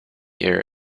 year